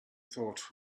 thought